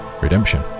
redemption